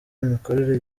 imikorere